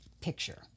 picture